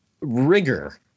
rigor